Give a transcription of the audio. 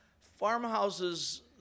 farmhouses